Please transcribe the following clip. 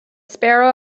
sparrow